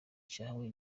cyawe